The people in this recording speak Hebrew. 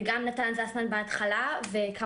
נתן זוסמן ויוראי.